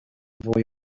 fwy